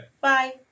Bye